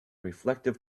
reflective